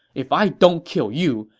if i don't kill you,